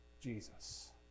Jesus